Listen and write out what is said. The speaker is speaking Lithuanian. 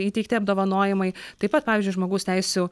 įteikti apdovanojimai taip pat pavyzdžiui žmogaus teisių